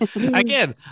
again